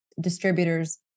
distributors